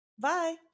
Bye